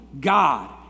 God